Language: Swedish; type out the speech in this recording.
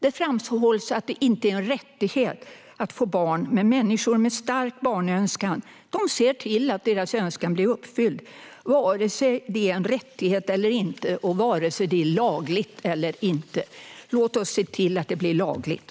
Det framhålls att det inte är en rättighet att få barn, men människor med stark barnönskan ser till att deras önskan blir uppfylld, vare sig det är en rättighet eller inte och vare sig det är lagligt eller inte. Låt oss se till att det blir lagligt!